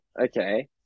okay